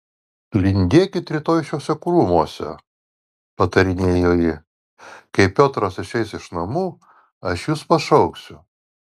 lindėkit rytoj šiuose krūmuose patarinėjo ji kai piotras išeis iš namų aš jus pašauksiu